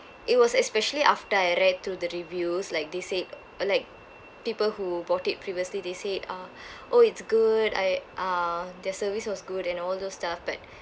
it was especially after I read through the reviews like they said like people who bought it previously they said uh oh it's good I uh their service was good and all those stuff but